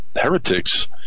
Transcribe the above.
Heretics